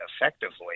effectively